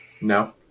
No